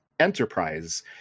enterprise